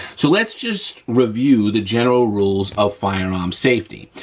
so let's just review the general rules of firearm safety,